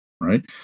right